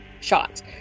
shot